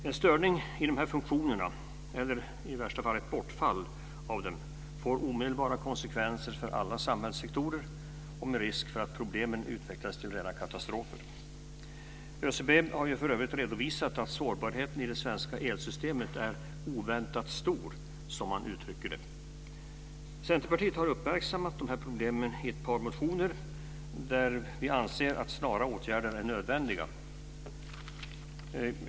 En störning i dessa funktioner, eller i värsta fall ett bortfall av dem, får omedelbara konsekvenser för alla samhällssektorer med risk för att problemen utvecklas till rena katastrofer. ÖCB har redovisat att sårbarheten i det svenska elsystemet är oväntat stor. Centerpartiet har uppmärksammat dessa problem i ett par motioner, där vi anser att snara åtgärder är nödvändiga.